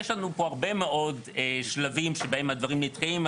יש לנו פה הרבה מאוד שלבים שבהם הדברים נתקעים.